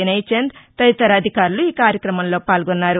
విసయ్చంద్ తదితర అధికారులు ఈ కార్యక్రమంలో పాల్గొన్నారు